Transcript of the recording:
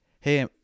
Hey